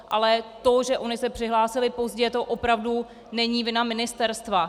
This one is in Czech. Ale to, že ony se přihlásily pozdě, to opravdu není vina ministerstva.